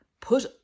put